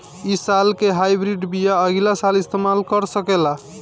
इ साल के हाइब्रिड बीया अगिला साल इस्तेमाल कर सकेला?